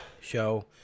show